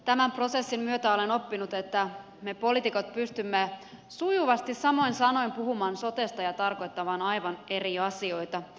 tämän prosessin myötä olen oppinut että me poliitikot pystymme sujuvasti samoin sanoin puhumaan sotesta ja tarkoittamaan aivan eri asioita